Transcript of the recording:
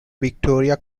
victoria